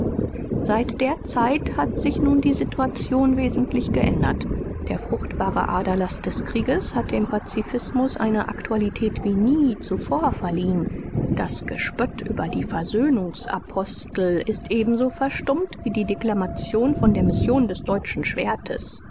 seit der zeit hat sich nun die situation wesentlich geändert der furchtbare aderlaß des krieges hat dem pazifismus eine aktualität wie nie zuvor verliehen das gespött über die versöhnungsapostel ist ebenso verstummt wie die deklamationen von der mission des deutschen schwertes